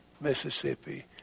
Mississippi